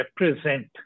represent